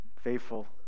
faithful